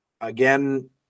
Again